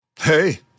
Hey